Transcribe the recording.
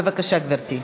בבקשה, גברתי.